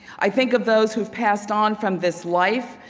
i think of those who've passed on from this life,